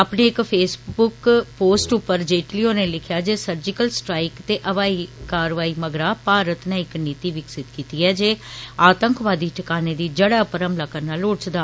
अपने इक Facebook post उप्पर जेटली होरें लिखेआ जे सर्जिकल स्ट्राईक ते हवाई कारवाई मगरा भारत नै इक नीति विकसित कीती ऐ जे आतंकवादी ठिकाने दी जड़ै उप्पर हमला करना लोड़चदा